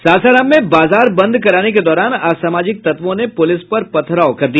सासाराम में बाजार बंद कराने के दौरान असामाजिक तत्वों ने पूलिस पर पथराव कर दिया